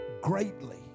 greatly